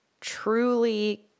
truly